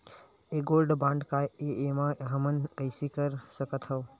ये gold bond काय ए एमा हमन कइसे कर सकत हव?